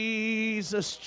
Jesus